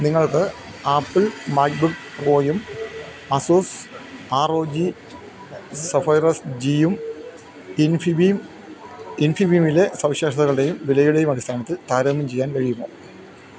നിങ്ങൾക്ക് Apple MacBook പ്രോയും Asus R O G Zephyrus ജീയും ഇൻഫിബീമിലെ സവിശേഷതകളുടെയും വിലയുടെയും അടിസ്ഥാനത്തിൽ താരതമ്യം ചെയ്യാൻ കഴിയുമോ